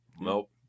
nope